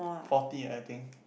forty I think